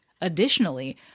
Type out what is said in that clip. Additionally